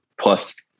plus